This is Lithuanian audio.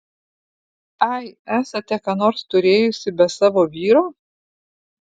ai esate ką nors turėjusi be savo vyro